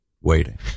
waiting